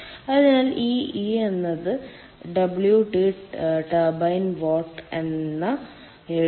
അതിനാൽ e എന്നത് WT turbine watt എന്ന് എഴുതാം